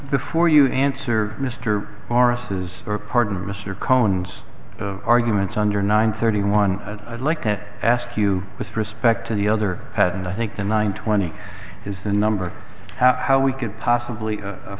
the for you answer mr morris is for pardon mr collins of arguments under nine thirty one i'd like to ask you with respect to the other patent i think the nine twenty is the number of how we could possibly